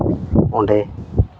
ᱚᱸᱰᱮ